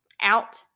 out